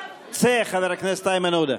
צא, חבר הכנסת איימן עודה.